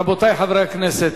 רבותי חברי הכנסת,